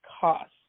cost